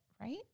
right